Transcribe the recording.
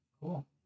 Cool